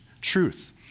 truth